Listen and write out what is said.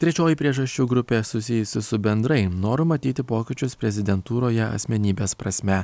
trečioji priežasčių grupė susijusi su bendrai noru matyti pokyčius prezidentūroje asmenybės prasme